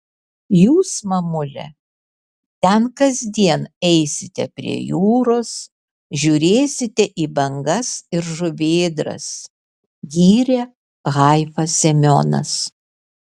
jūs mamule ten kasdien eisite prie jūros žiūrėsite į bangas ir žuvėdras gyrė haifą semionas